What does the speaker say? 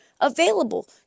available